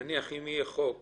נניח אם יהיה חוק